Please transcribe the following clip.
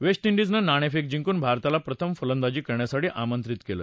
waste ांडिजनं नाणेफेक जिंकून भारताला प्रथम फलंदाजी करण्यासाठी आमंत्रित केलं